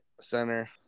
center